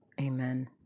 Amen